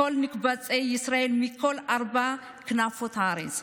כל נקבצי ישראל מכל ארבע כנפות הארץ.